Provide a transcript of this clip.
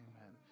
Amen